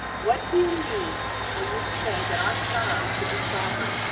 what do you mean when you say that our sorrow should be sovereign?